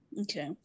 Okay